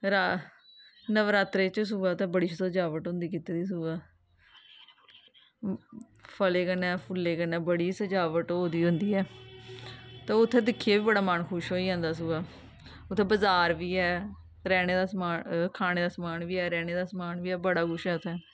फिर अस नवरात्रें च सगों ते बड़ी सजावट होंदी कीती दी सग्गुआं फलें कन्नै फुल्लें कन्नै बड़ी सजावट होए दी होंदी ऐ ते उत्थें दिक्खियै बी बड़ी मन खुश होई जंदा सगुआं उत्थें बजार बी ऐ रैह्ने दा समान खाने दे समान बी ऐ रैह्ने दा समान बी ऐ बड़ा कुछ ऐ उत्थें